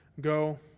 go